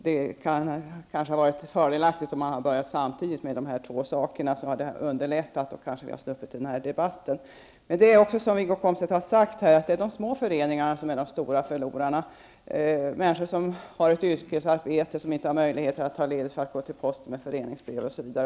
Det hade varit fördelaktigt om man börjat samtidigt med dessa två saker. Det hade underlättat, och vi hade kanske sluppit den här debatten. Som Wiggo Komstedt här har sagt är det de små föreningarna som är de stora förlorarna. Människor som har ett yrkesarbete har inte möjlighet att ta ledigt för att gå till posten med föreningsbrev osv.